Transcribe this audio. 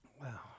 Wow